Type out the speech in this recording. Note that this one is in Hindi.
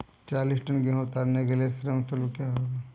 चालीस टन गेहूँ उतारने के लिए श्रम शुल्क क्या होगा?